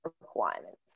requirements